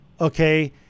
okay